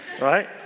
Right